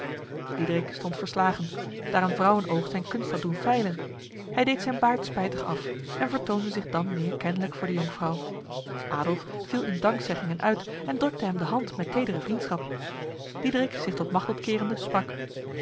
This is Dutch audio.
diederik stond verslagen daar een vrouwenoog zijn kunst had doen feilen hij deed zijn baard spijtig af en vertoonde zich dan meer kenlijk voor de jonkvrouw adolf viel in dankzeggingen uit en drukte hem de hand met tedere vriendschap diederik zich tot machteld kerende sprak